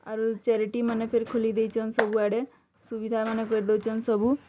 ଆରୁ ଚ୍ୟାରିଟିମାନେ ଫିର୍ ଖୋଲି ଦେଇଛନ୍ ସବୁଆଡ଼େ ସୁବିଧାମାନେ କରି ଦଉଛନ୍ ସବୁ